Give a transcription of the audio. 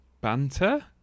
banter